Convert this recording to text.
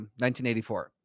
1984